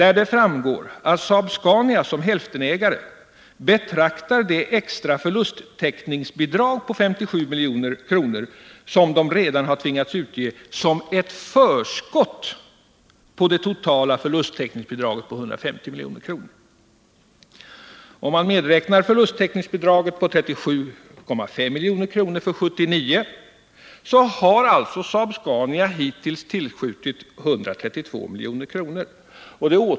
Av denna framgår att Saab-Scania som hälftenägare betraktar det extra förlusttäckningsbidrag på 57 milj.kr. som man redan tvingats utge såsom ett förskott på det totala förlusttäckningsbidraget på 150 milj.kr. Om man medräknar förlusttäckningsbidraget på 37,5 milj.kr. för 1979 har alltså Saab-Scania hittills tillskjutit 132 milj.kr.